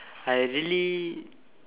I really